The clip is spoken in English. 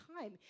time